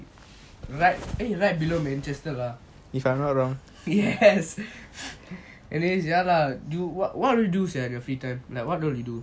right eh right below manchester lah if I'm not wrong hence yes it is ya lah what what do you do sia in your free time what do you do